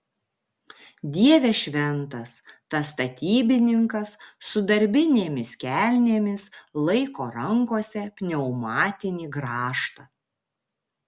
dieve šventas tas statybininkas su darbinėmis kelnėmis laiko rankose pneumatinį grąžtą